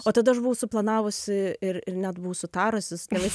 o tada aš buvau suplanavusi ir ir net buvo sutarusi su tėvais